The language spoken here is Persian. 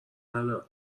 ندارم